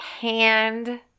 hand